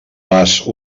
vas